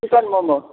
chicken मम